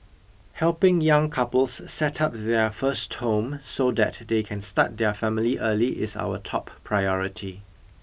helping young couples set up their first home so that they can start their family early is our top priority